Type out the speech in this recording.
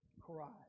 Christ